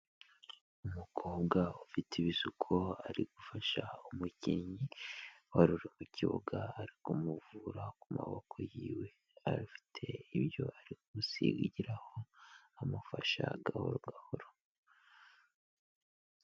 Umukobwa ufite ibisuko, ari gufasha umukinnyi waruri mu kibuga, ari kumuvura ku maboko yiwe, afite ibyo ari kumusingiraho amufasha gahoro gahoro.